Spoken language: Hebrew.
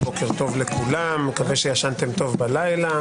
אני מקווה שישנתם טוב בלילה.